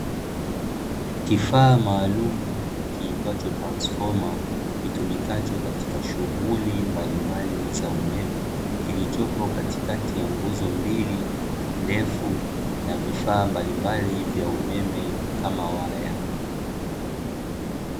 Kifaa maalumu kiitwacho transfoma, kitumikacho katika shughuli mbalimbali za umeme, kilichopo katikati ya nguzo mbili ndefu na vifaa mbalimbali vya umeme, kama waya.